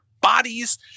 bodies